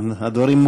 אדוני היושב-ראש,